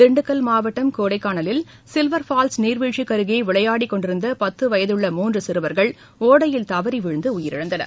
திண்டுக்கல் மாவட்டம் கோடைக்கானலில் Silver Falls நீர்வீழ்ச்சிக்குஅருகேவிளையாடிக்கொண்டிருந்தபத்துவயதுள்ள மூன்றுசிறுவர்கள் ஒடையில் தவறிவிழுந்துஉயிரிழந்தனர்